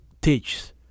teaches